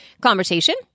conversation